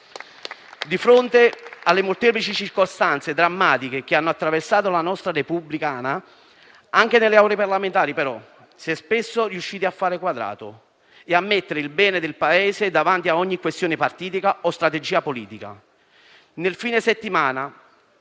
Di fronte alle molteplici circostanze drammatiche che hanno attraversato la nostra storia repubblicana, nelle Aule parlamentari si è spesso, però, riusciti a fare quadrato e a mettere il bene del Paese davanti a ogni questione partitica o strategia politica. Nel fine settimana